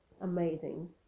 amazing